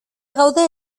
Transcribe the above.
gaude